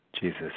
Jesus